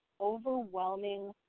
overwhelming